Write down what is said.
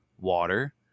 water